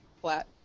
flat